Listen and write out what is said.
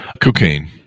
cocaine